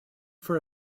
for